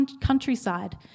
countryside